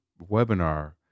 webinar